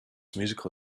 musical